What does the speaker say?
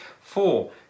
Four